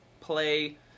play